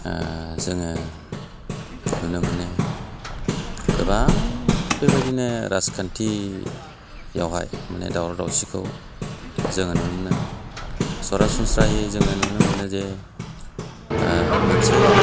जोङो नुनो मोनो गोबां बेबादिनो राजखान्थियावहाय माने दावराव दावसिखौ जों नुनो मोनो सरासनस्रायै जोङो नुनो मोनोजे मोनसे